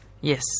Yes